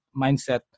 mindset